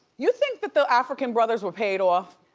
you think that the african brothers were paid off?